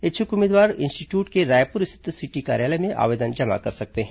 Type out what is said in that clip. इच्छुक उम्मीदवार इंस्टीट्यूट के रायपुर स्थित सिटी कार्यालय में आवेदन जमा कर सकते हैं